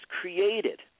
created